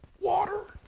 water.